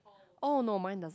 oh no mine doesn't